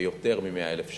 ויותר מ-100,000 שקל,